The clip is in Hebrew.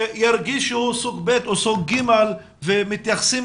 ירגיש שהוא סוג ב' או סוג ג' ומתייחסים